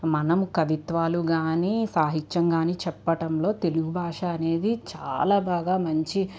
మనం కవిత్వాలు గాని సాహిత్యం కాని చెప్పడంలో తెలుగు భాష అనేది చాలా బాగా మంచి